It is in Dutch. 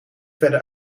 verder